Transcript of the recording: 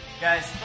guys